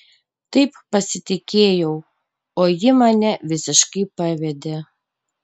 taip pasitikėjau o ji mane visiškai pavedė